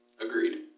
agreed